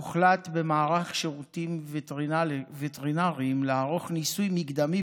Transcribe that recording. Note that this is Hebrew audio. הוחלט במערך שירותים הווטרינריים לערוך ניסוי מקדמי